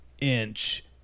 inch